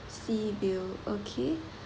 sea view okay